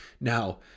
Now